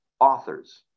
authors